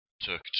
took